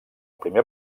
primer